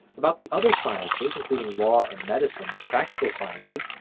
about the other sciences, including law and medicine and practical sciences,